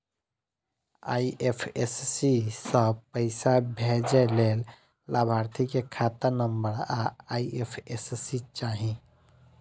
IFSC सं पैसा भेजै लेल लाभार्थी के खाता नंबर आ आई.एफ.एस.सी चाही